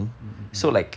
mm mm mm